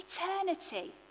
eternity